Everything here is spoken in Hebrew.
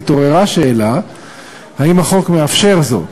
התעוררה שאלה אם החוק מאפשר זאת.